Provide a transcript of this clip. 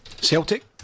Celtic